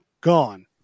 gone